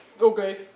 Okay